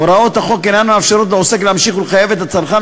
הוראות החוק אינן מאפשרות לעוסק להמשיך ולחייב את הצרכן